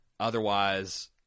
Otherwise